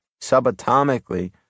Subatomically